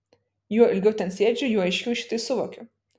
juo ilgiau ten sėdžiu juo aiškiau šitai suvokiu